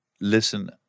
listen